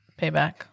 payback